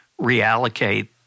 reallocate